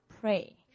pray